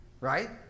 right